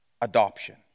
adoption